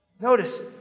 Notice